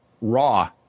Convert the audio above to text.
Raw